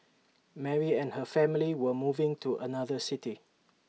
Mary and her family were moving to another city